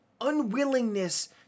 unwillingness